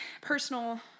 personal